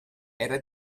era